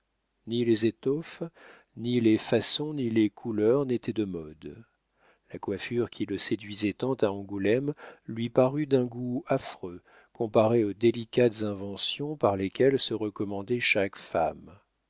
ni les étoffes ni les façons ni les couleurs n'étaient de mode la coiffure qui le séduisait tant à angoulême lui parut d'un goût affreux comparée aux délicates inventions par lesquelles se recommandait chaque femme